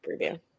preview